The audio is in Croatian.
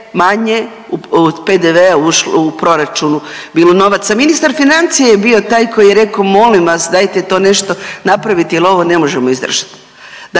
manje PDV-a u proračunu bilo novaca. Ministar financija je bio taj koji je rekao molim vas dajte to nešto napravite jer ovo ne možemo izdržat.